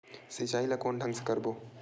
सिंचाई ल कोन ढंग से करबो?